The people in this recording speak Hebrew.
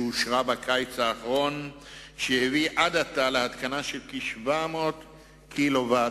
שאושרה בקיץ האחרון והביאה עד עתה להתקנת כ-700 קילוואט